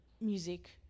music